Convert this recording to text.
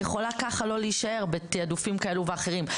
היא יכולה ככה לא להישאר בתעדופים כאלה ואחרים.